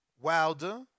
Wilder